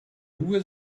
nur